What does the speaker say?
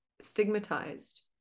stigmatized